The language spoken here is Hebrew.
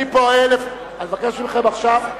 אני מבקש מכם עכשיו,